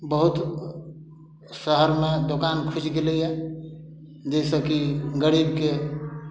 बहुत शहरमे दोकान खुजि गेलैया जाहि सऽ की गरीबके